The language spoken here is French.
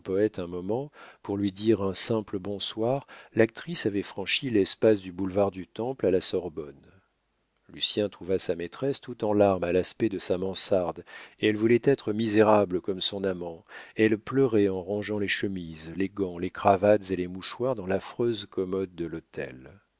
un moment pour lui dire un simple bonsoir l'actrice avait franchi l'espace du boulevard du temple à la sorbonne lucien trouva sa maîtresse tout en larmes à l'aspect de sa mansarde elle voulait être misérable comme son amant elle pleurait en rangeant les chemises les gants les cravates et les mouchoirs dans l'affreuse commode de l'hôtel